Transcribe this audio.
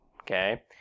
Okay